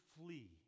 flee